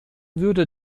würde